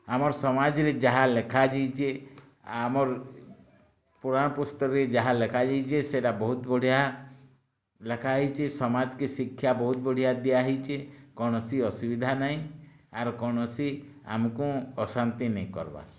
ଆମର୍ ସମାଜରେ ଯାହା ଲେଖା ଯେଇଚେ ଆମର୍ ପୁରାଣ ପୁସ୍ତରେ ଯାହା ଲେଖା ଯେଇଚେ ସେଟା ବହୁତ ବଢ଼ିଆ ଲେଖା ହେଇଚି ସମାଜ କେ ଶିକ୍ଷା ବହୁତ ବଢ଼ିଆ ଦିଆ ହେଇଛେ କୌଣସି ଅସୁବିଧା ନାଇଁ ଆର୍ କୌଣସି ଆମକୁଁ ଅଶାନ୍ତି ନେଇଁ କର୍ବା